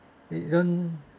we don't